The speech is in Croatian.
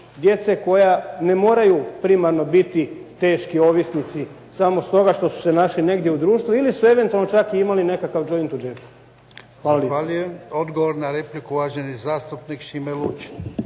djece koja ne moraju primarno biti teški ovisnici samo stoga što su se našli negdje u društvu ili su eventualno čak i imali nekakav joint u džepu. Hvala lijepo. **Jarnjak, Ivan (HDZ)** Zahvaljujem.